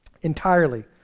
entirely